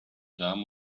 damen